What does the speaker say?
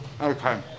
Okay